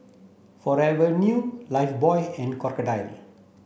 Forever New Lifebuoy and Crocodile